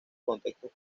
contextos